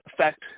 affect